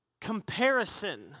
comparison